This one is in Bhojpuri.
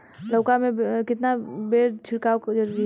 लउका में केतना बेर छिड़काव जरूरी ह?